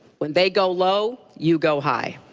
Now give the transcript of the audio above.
when they go low, you go high.